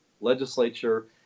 legislature